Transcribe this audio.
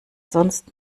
sonst